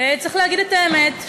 צריך להגיד את האמת,